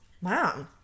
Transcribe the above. Wow